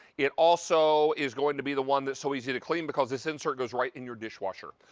it also is going to be the one that's so easy to clean because this insert goes right in your dishwasher.